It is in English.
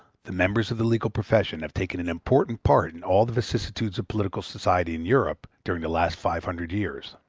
the members of the legal profession have taken an important part in all the vicissitudes of political society in europe during the last five hundred years.